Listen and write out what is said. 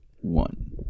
One